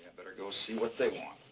better go see what they want.